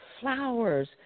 flowers